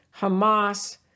Hamas